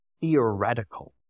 theoretical